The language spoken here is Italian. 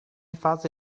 fase